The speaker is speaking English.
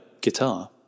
guitar